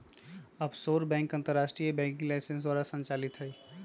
offshore bank अंतरराष्ट्रीय banking licence द्वारा संचालित हइ